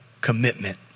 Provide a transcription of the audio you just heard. commitment